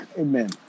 Amen